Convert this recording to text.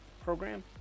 program